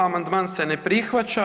Amandman se ne prihvaća.